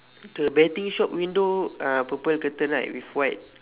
the betting shop window uh purple curtain right with white